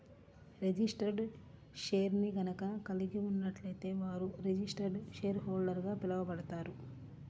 registered షేర్ని గనక కలిగి ఉన్నట్లయితే వారు రిజిస్టర్డ్ షేర్హోల్డర్గా పిలవబడతారు